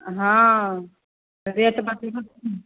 हँ रेट बतेबऽ तब ने